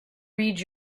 read